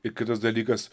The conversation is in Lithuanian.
i kitas dalykas